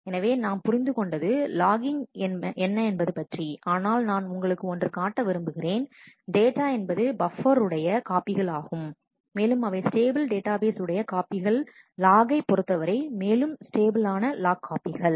எனவே நாம் புரிந்து கொண்டது லாகிங் என்ன என்பது பற்றி ஆனால் நான் உங்களுக்கு ஒன்று காட்ட விரும்புகிறேன் டேட்டா என்பது பப்பர் உடைய காப்பிகள் ஆகும் மேலும் அவை ஸ்டேபிள் டேட்டாபேஸ் உடைய காப்பிகள் லாகை பொறுத்தவரை மேலும் ஸ்டேபிள் ஆன லாக் காப்பிகள்